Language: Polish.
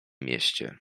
mieście